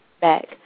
back